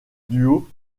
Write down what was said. duo